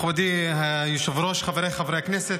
מכובדי היושב-ראש, חבריי חברי הכנסת,